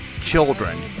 children